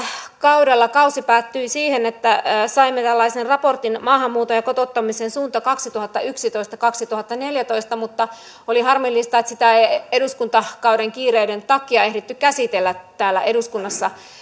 kaudella kausi päättyi siihen että saimme tällaisen raportin maahanmuuton ja kotouttamisen suunta kaksituhattayksitoista viiva kaksituhattaneljätoista mutta oli harmillista että sitä ei eduskuntakauden kiireiden takia ehditty käsitellä täällä eduskunnassa